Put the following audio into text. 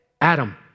Adam